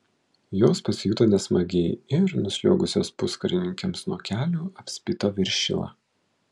jos pasijuto nesmagiai ir nusliuogusios puskarininkiams nuo kelių apspito viršilą